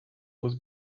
was